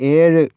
ഏഴ്